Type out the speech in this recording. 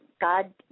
God